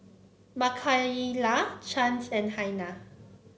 Makayla Chance and Hanna